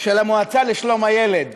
של המועצה לשלום הילד.